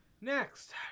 Next